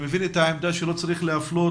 אני מבין את העמדה שלא צריך להפלות,